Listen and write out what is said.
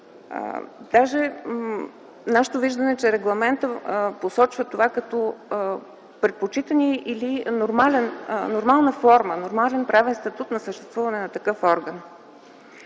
Нашето виждане е, че регламентът посочва това като предпочитана или нормална форма, нормален правен статут на съществуване на такъв орган.